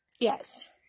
Yes